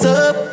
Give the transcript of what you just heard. up